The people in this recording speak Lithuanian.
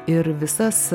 ir visas